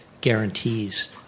guarantees